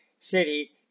City